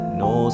no